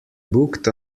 booked